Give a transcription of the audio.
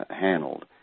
handled